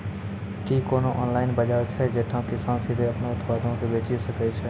कि कोनो ऑनलाइन बजार छै जैठां किसान सीधे अपनो उत्पादो के बेची सकै छै?